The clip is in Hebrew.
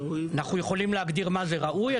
אנחנו יכולים להגדיר מה זה ראוי,